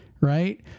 Right